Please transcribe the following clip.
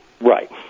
Right